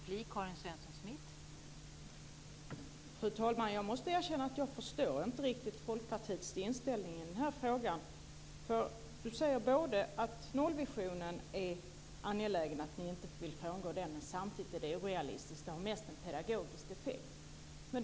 Fru talman! Jag måste erkänna att jag inte riktigt förstår Folkpartiets inställning i denna fråga. Elver Jonsson säger att nollvisionen är angelägen, att ni inte vill frångå den, men samtidigt säger ni att den är orealistisk och mest har en pedagogisk effekt.